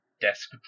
desk